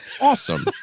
Awesome